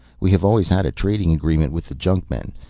we have always had a trading agreement with the junkmen.